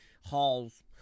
Halls